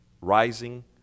rising